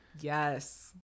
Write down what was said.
Yes